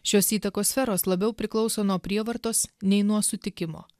šios įtakos sferos labiau priklauso nuo prievartos nei nuo sutikimo